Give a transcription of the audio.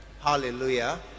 Hallelujah